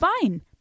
fine